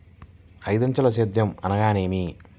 ఐదంచెల సేద్యం అనగా నేమి?